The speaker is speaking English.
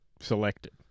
selected